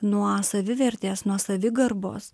nuo savivertės nuo savigarbos